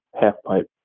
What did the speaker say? half-pipe